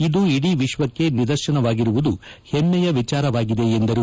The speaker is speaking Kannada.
ಇದು ಇಡೀ ವಿಶ್ವಕ್ಕೆ ನಿದರ್ಶನವಾಗಿರುವುದು ಹೆಮ್ಮೆಯ ವಿಚಾರವಾಗಿದೆ ಎಂದರು